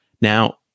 Now